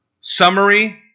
Summary